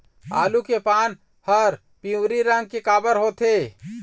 आलू के पान हर पिवरी रंग के काबर होथे?